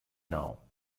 now